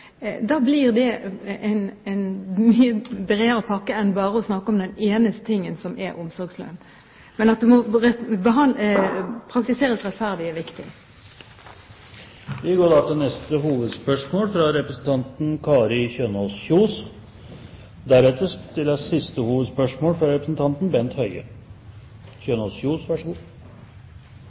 en mye bredere pakke enn bare å snakke om den ene saken som gjelder omsorgslønn. Men at det må praktiseres rettferdig, er viktig. Vi går da til neste hovedspørsmål. Mitt spørsmål går til helse- og omsorgsministeren. For Fremskrittspartiet har retten til